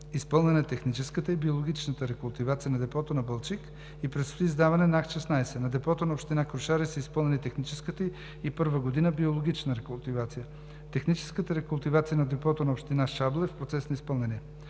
Изпълнена е техническата и биологичната рекултивация на депото на Балчик и предстои издаване на акт 16. На депото на община Крушаре са изпълнени техническата и първа година биологична рекултивация. Техническата рекултивация на депото на община Шабла е в процес на изпълнение.